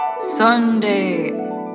Sunday